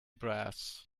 brass